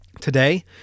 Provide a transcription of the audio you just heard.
Today